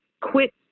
quit